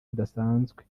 budasanzwe